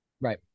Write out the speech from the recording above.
right